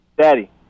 Daddy